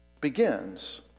begins